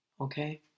Okay